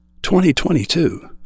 2022